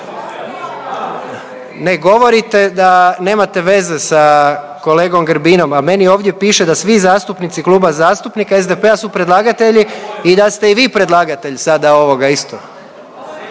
Ne govorite da nemate veze sa kolegom Grbinom, a meni ovdje piše da svi zastupnici Kluba zastupnika SDP-a su predlagatelji i da ste i vi predlagatelj sada ovoga isto.